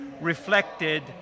reflected